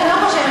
אני לא חושבת,